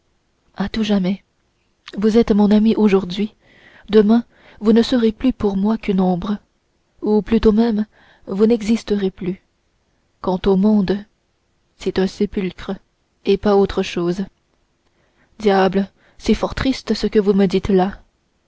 à tout jamais vous êtes mon ami aujourd'hui demain vous ne serez plus pour moi qu'une ombre où plutôt même vous n'existerez plus quant au monde c'est un sépulcre et pas autre chose diable c'est fort triste ce que vous me dites là